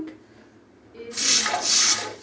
in singapore